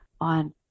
on